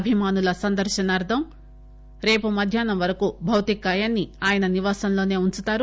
అభిమానుల సందర్శనార్దం రేపు మధ్యాహ్నం వరకు భౌతికకాయాన్సి ఆయన నివాసంలోసే ఉంచుతారు